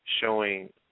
showing